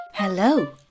Hello